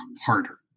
harder